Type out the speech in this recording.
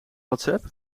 whatsapp